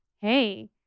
hey